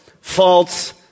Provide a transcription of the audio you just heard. false